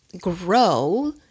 grow